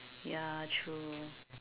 ya true